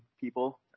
people